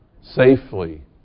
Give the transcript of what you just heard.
Safely